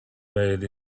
made